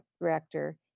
director